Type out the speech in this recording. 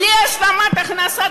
בלי השלמה הכנסה.